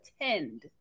attend